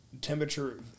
temperature